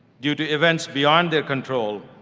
due to events beyond their control,